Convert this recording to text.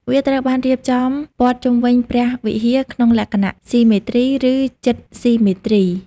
វាត្រូវបានរៀបចំព័ទ្ធជុំវិញព្រះវិហារក្នុងលក្ខណៈស៊ីមេទ្រី ឬជិតស៊ីមេទ្រី។